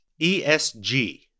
ESG